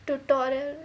tutorial